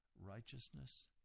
righteousness